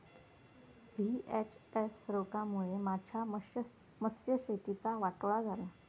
VHS रोगामुळे माझ्या मत्स्यशेतीचा वाटोळा झाला